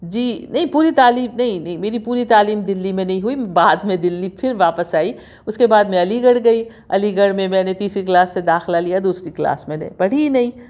جی نہیں پوری تعلیم نہیں نہیں میری پوری تعلیم دِلی میں نہیں ہوئی بعد میں دِلی پھر واپس آئی اُس کے بعد میں علی گڑھ گئی علی گڑھ میں میں نے تیسری کلاس سے داخلہ لیا دوسری کلاس میں نے پڑھی ہی نہیں